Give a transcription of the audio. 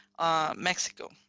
Mexico